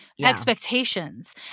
expectations